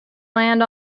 land